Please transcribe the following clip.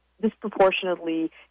disproportionately